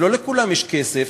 ולא לכולם יש כסף.